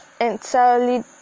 entirely